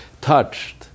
touched